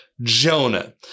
Jonah